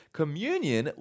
communion